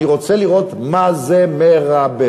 אני רוצה לראות מה זה מרבב.